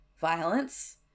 violence